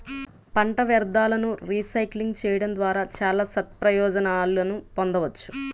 పంట వ్యర్థాలను రీసైక్లింగ్ చేయడం ద్వారా చాలా సత్ప్రయోజనాలను పొందవచ్చు